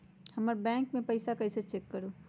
हमर बैंक में पईसा कईसे चेक करु?